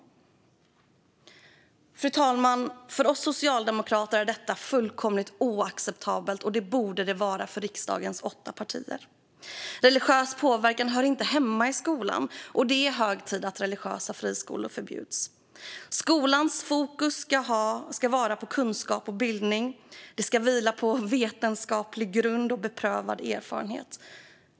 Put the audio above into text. Fru talman! För oss socialdemokrater är detta fullkomligt oacceptabelt, och det borde det vara för riksdagens alla åtta partier. Religiös påverkan hör inte hemma i skolan, och det är hög tid att religiösa friskolor förbjuds. Skolans fokus ska vara på kunskap och bildning, och skolan ska vila på vetenskaplig grund och beprövad erfarenhet.